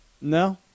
No